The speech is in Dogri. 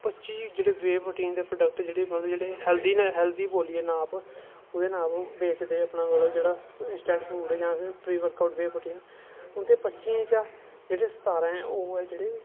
पच्ची जेह्ड़े वे प्रोटीन दे प्रोडक्ट जेह्ड़े मतलब हैल्दी न हैल्दी बोलियै नां ओह्दे नांऽ पर बेचदे जेह्ड़ा इंस्टैंट फूड जां वे प्रोडक्ट फूड उं'दे पंचियें चा सतारां ऐं जेह्ड़े